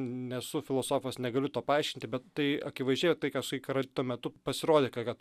nesu filosofas negaliu to paaiškinti bet tai akivaizdžiai vat tai ką sakei karantino metu pasirodė kad